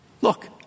look